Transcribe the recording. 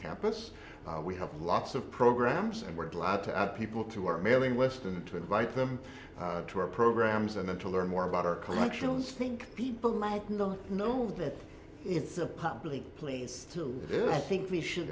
campus we have lots of programs and we're glad to add people to our mailing list and to invite them to our programs and then to learn more about our collections think people might not know that it's a public please still think we should